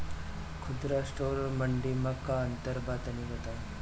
खुदरा स्टोर और मंडी में का अंतर बा तनी बताई?